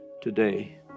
today